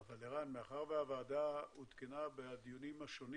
אבל, ערן, מאחר שהוועדה עודכנה בדיונים השונים